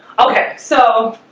okay, so